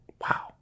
Wow